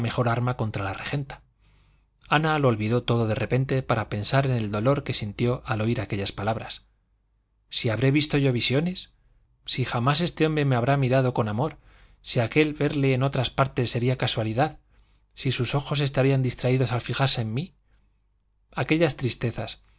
arma contra la regenta ana lo olvidó todo de repente para pensar en el dolor que sintió al oír aquellas palabras si habré yo visto visiones si jamás este hombre me habrá mirado con amor si aquel verle en todas partes sería casualidad si sus ojos estarían distraídos al fijarse en mí aquellas tristezas